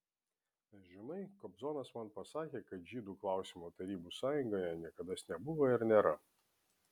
žinai kobzonas man pasakė kad žydų klausimo tarybų sąjungoje niekados nebuvo ir nėra